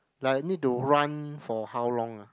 like need to run for how long ah